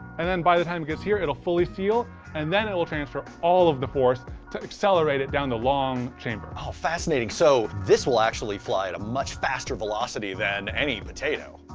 and then by the time it gets here it will fully seal and then it will transfer all of the force to accelerate it down the long chamber. oh fascinating. so this will actually fly at a much faster velocity than any potato.